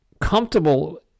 comfortable